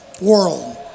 world